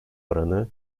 oranı